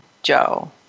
joe